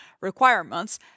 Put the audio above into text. requirements